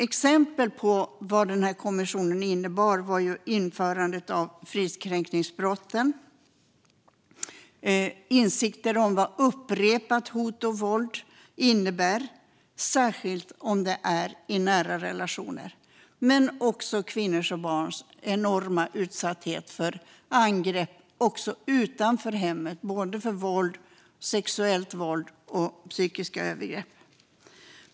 Exempel på vad kommissionen åstadkom var införandet av fridskränkningsbrotten samt insikter om vad upprepat hot och våld innebär, särskilt i nära relationer, och om kvinnors och barns enorma utsatthet för angrepp också utanför hemmet - både våld, sexuellt våld och psykiska övergrepp.